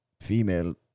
female